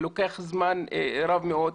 לוקח זמן רב מאוד.